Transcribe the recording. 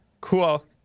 cool